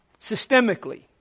Systemically